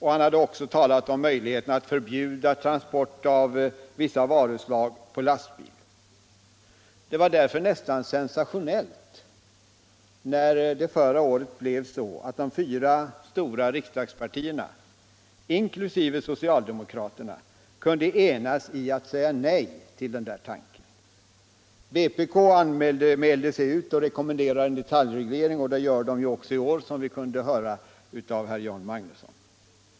Han talade också om möjligheterna att förbjuda transport av vissa varuslag på lastbil. Det var därför nästan sensationellt när de fyra stora riksdagspartierna inklusive socialdemokraterna förra året kunde enas om att säga nej till den tanken. Vpk mälde sig ut och rekommenderade en detaljreglering, och det gör man också i år, som vi hörde av herr Magnusson i Kristinehamn.